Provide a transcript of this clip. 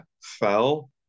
fell